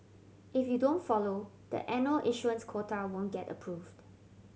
if you don't follow the annual issuance quota won't get approved